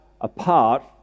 apart